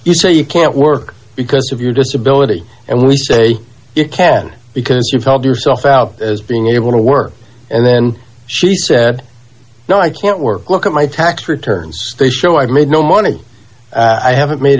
you say you can't work because of your disability and we say you can because she felt herself out as being able to work and then she said no i can't work look at my tax returns they show i made no money i haven't made